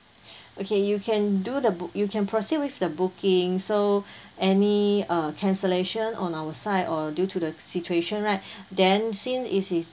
okay you can do the book~ you can proceed with the booking so any uh cancellation on our side or due to the situation right then since it is